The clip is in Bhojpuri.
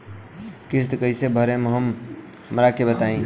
किस्त कइसे भरेम हमरा के बताई?